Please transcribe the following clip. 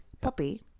Puppy